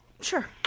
Sure